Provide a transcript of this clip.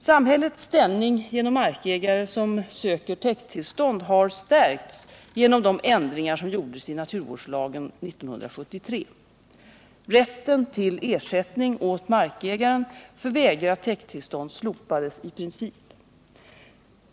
Samhällets ställning gentemot markägare som söker täkttillstånd har stärkts genom de ändringar som gjordes i naturvårdslagen år 1973. Rätten till ersättning åt markägaren för vägrat täkttillstånd slopades i princip.